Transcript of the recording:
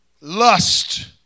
lust